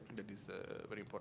and then this uh very important